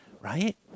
right